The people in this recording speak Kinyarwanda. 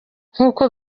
nk’uko